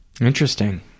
Interesting